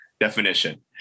definition